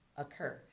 occur.